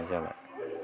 जाबाय